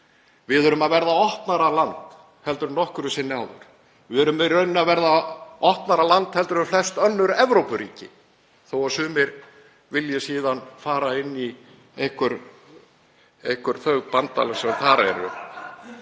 Við erum að verða opnara land en nokkru sinni áður og við erum í raun að verða opnara land en flest önnur Evrópuríki, þó að sumir vilji síðan fara inn í einhver þau bandalög sem þar eru.